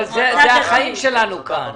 אבל אלה החיים שלנו כאן.